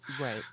Right